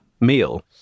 meal